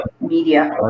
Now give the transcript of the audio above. media